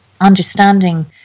understanding